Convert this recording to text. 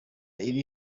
iri